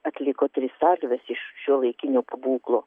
atliko tris salves iš šiuolaikinio pabūklo